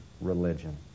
religion